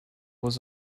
was